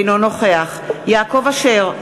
אינו נוכח יעקב אשר,